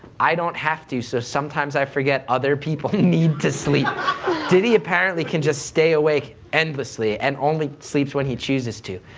i don't have to, so sometimes i forget other people need to sleep diddy, apparently, can just stay awake endlessly and only sleeps when he chooses to.